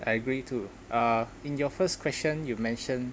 I agree too uh in your first question you mention